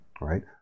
right